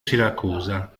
siracusa